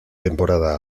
temporada